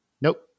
Nope